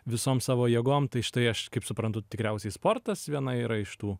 visom savo jėgom tai štai aš kaip suprantu tikriausiai sportas viena yra iš tų